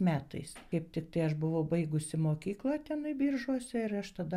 metais kaip tiktai aš buvau baigusi mokyklą tenai biržuose ir aš tada